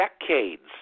decades